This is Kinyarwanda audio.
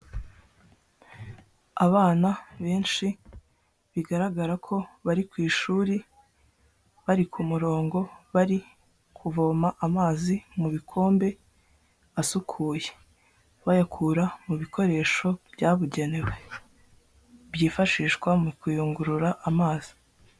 Abana benshi bigaragara ko bari ku ishuri, bari ku murongo bari kuvoma amazi mu bikombe asukuye bayakura mu bikoresho byabugenewe byifashishwa mu kuyungurura amazi.